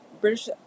British